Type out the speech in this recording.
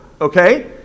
okay